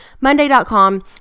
Monday.com